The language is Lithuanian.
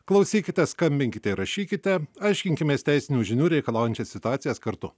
klausykite skambinkite ir rašykite aiškinkimės teisinių žinių reikalaujančias situacijas kartu